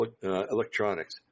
Electronics